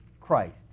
Christ